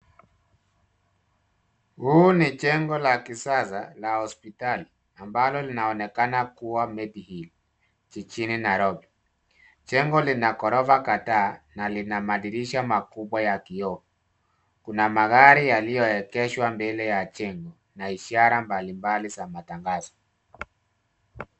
Huu ni jengo la kisasa la hospitali ambalo linaonekana kuwa Medihill jijini Nairobi. Jengo lina ghorofa kadhaa na lina madirisha makubwa ya kioo. Kuna magari yaliyoegeshwa mbele ya jengo na ishara mbalimbali za matangazo.